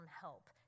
help